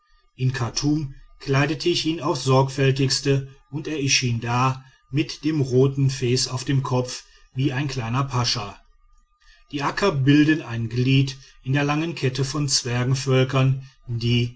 in chartum kleidete ich ihn aufs sorgfältigste und er erschien da mit dem roten fes auf dem kopf wie ein kleiner pascha die akka bilden ein glied in der langen kette von zwergvölkern die